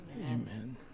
Amen